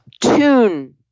tune